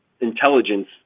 intelligence